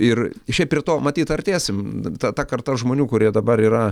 ir šiaip prie to matyt artėsim ta ta karta žmonių kurie dabar yra